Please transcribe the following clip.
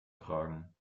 tragen